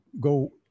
go